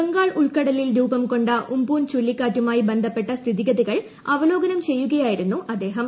ബംഗാൾ ഉൾക്കടലിൽ രൂപംകൊണ്ട ഉം പുൻ ചുഴലിക്കാറ്റുമായി ബന്ധപ്പെട്ട സ്ഥിതിഗതികൾ അവലോകനം ചെയ്യുകയായിരുന്നു അദ്ദേഹം